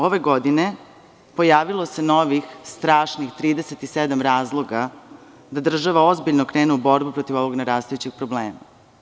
Ove godine pojavilo se novih strašnih 37 razloga da država ozbiljno krene u borbu protiv ovog narastajućeg problema.